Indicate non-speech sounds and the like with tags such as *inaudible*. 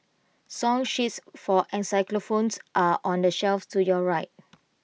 song sheets for *unintelligible* phones are on the shelf to your right